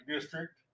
district